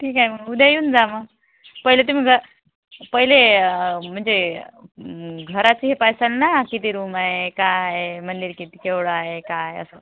ठीक आहे मग उद्या येऊन जा मग पहिले तुम्ही बा पहिले म्हणजे घराची पायसान ना किती रूम आहे काय आहे मंदिर किती केवढं आहे काय असं